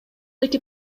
эки